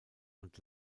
und